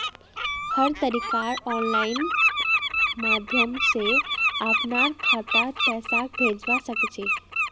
हर तरीकार आनलाइन माध्यम से अपनार खातात पैसाक भेजवा सकछी